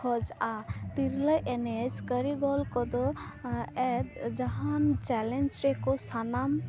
ᱠᱷᱚᱡᱟ ᱛᱤᱨᱞᱟᱹ ᱮᱱᱮᱡ ᱠᱟᱹᱨᱤ ᱜᱚᱞ ᱠᱚᱫᱚ ᱮᱫ ᱡᱟᱦᱟᱱ ᱪᱮᱞᱮᱡ ᱨᱮᱠᱚ ᱥᱟᱱᱟᱢ